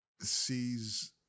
sees